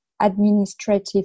administrative